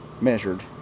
measured